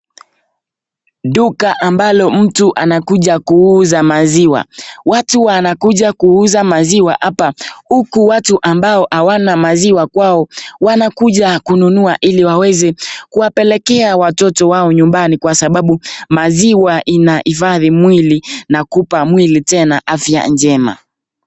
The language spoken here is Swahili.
Duka ambalo mtu anakuja kuuza maziwa, watu wanakuja kuuza maziwa hapa, huku watu ambao hawana maziwa kwao wanakuja kununua ili waweze kuwapelekea watoto wao nyumbani Kwa sababu maziwa yanahifadhi mwili nakupa mwili tena afya njema.